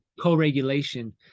co-regulation